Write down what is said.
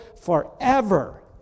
forever